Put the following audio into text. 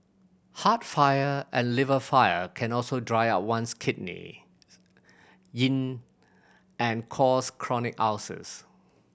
heart fire and liver fire can also dry up one's kidney yin and cause chronic ulcers